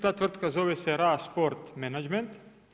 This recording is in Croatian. Ta tvrtka zove se Rasport menagement.